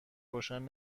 روشن